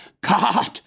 God